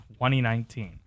2019